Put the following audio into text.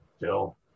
Phil